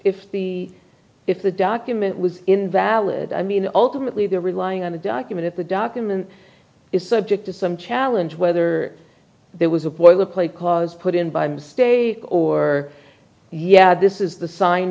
if the if the document was invalid i mean ultimately they're relying on the document at the documents is subject to some challenge whether there was a boilerplate cause put in by mistake or yeah this is the sign